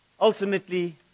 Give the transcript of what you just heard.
Ultimately